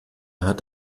hat